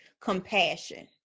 compassion